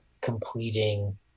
completing